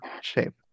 shape